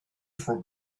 for